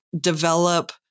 develop